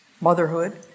motherhood